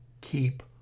keep